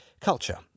Culture